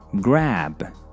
grab